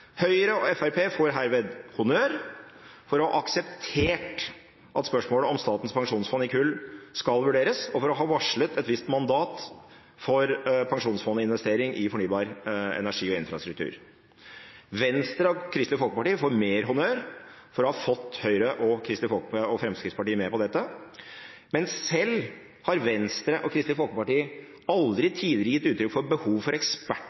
Høyre og Fremskrittspartiet får herved honnør for å ha akseptert at spørsmålet om Statens pensjonsfond utlands investeringer i kull skal vurderes, og for å ha varslet et visst mandat for pensjonfondsinvesteringer i fornybar energi og infrastruktur. Venstre og Kristelig Folkeparti får mer honnør for å ha fått Høyre og Fremskrittspartiet med på dette. Men selv har Venstre og Kristelig Folkeparti aldri tidligere gitt uttrykk for behov for